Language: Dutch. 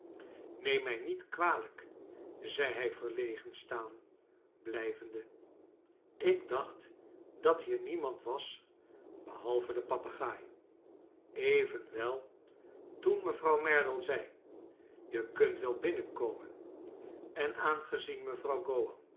neemt mij niet kwalijk zei hij verlegen staan blijvende ik dacht dat hier niemand was behalve de papegaai evenwel toen mevrouw merdle zei je kunt wel binnen komen en aangezien mevrouw